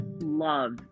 love